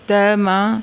त मां